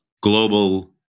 global